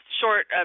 short